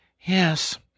Yes